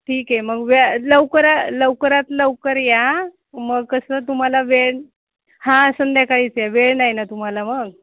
ठीक आहे मग व्या लवकरा लवकरात लवकर या मग कसं तुम्हाला वेळ हां संध्याकाळीच या वेळ नाही ना तुम्हाला मग